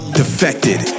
defected